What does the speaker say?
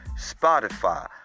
Spotify